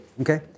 Okay